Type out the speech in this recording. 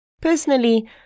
Personally